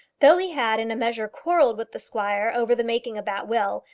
though he had in a measure quarrelled with the squire over the making of that will,